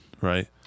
right